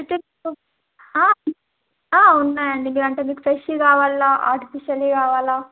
ఉన్నాయండి మీ అంటే మీకు ఫ్రెష్ కావాలా ఆర్టిఫిషియల్వి కావాలా